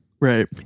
right